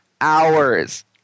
hours